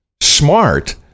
smart